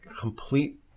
complete